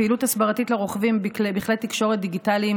פעילות הסברתית לרוכבים בכלי תקשורת דיגיטליים